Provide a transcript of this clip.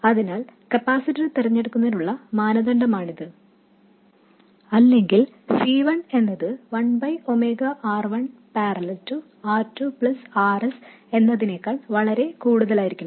അതിനാൽ കപ്പാസിറ്റർ തിരഞ്ഞെടുക്കുന്നതിനുള്ള മാനദണ്ഡമാണിത് അല്ലെങ്കിൽ C 1 എന്നത് one by omega R 1 parallel R 2 plus R s എന്നതിനേക്കാൾ വളരെ കൂടുതലായിരിക്കണം